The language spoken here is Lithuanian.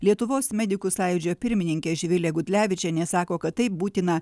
lietuvos medikų sąjūdžio pirmininkė živilė gudlevičienė sako kad taip būtina